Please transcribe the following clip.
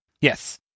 Yes